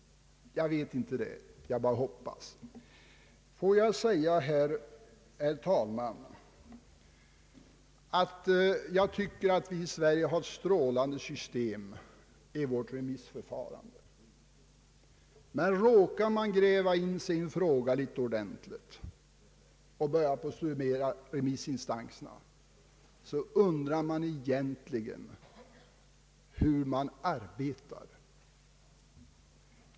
Jag vet inte om det är så, jag bara hoppas. Herr talman! Jag tycker att vi i Sverige har ett strålande system i vårt remissförfarande. Men råkar man gräva in sig ordentligt i en fråga och börjar studera remissinstanserna, så undrar man egentligen hur de arbetar.